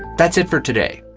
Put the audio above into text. that's it for today.